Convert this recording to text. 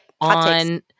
on